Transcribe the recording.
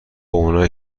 اونایی